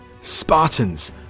Spartans